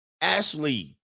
Ashley